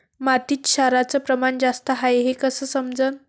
मातीत क्षाराचं प्रमान जास्त हाये हे कस समजन?